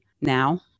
now